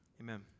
amen